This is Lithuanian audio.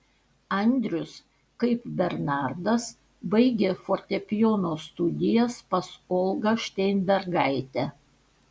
andrius kaip bernardas baigė fortepijono studijas pas olgą šteinbergaitę